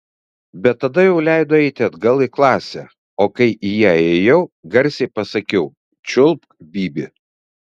bet tada jau leido eiti atgal į klasę o kai į ją įėjau garsiai pasakiau čiulpk bybį